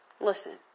listen